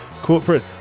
corporate